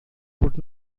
would